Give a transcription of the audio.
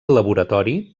laboratori